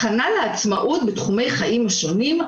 הכנה לעצמאות בתחומי החיים השונים,